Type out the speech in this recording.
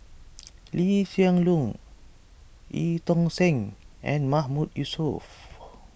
Lee Hsien Loong Eu Tong Sen and Mahmood Yusof